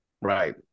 right